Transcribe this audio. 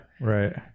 Right